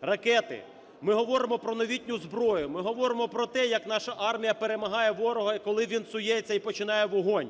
ракети, ми говоримо про новітню зброю. Ми говоримо про те, як наша армія перемагає ворога і, коли вінсується, починає вогонь.